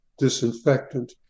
disinfectant